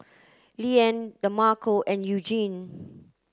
Leanne Demarco and Eugene